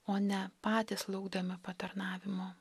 o ne patys laukdami patarnavimo